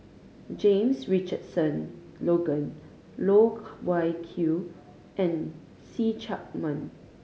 James Richardson Logan Loh Wai Kiew and See Chak Mun